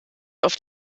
auf